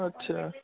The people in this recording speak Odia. ଆଚ୍ଛା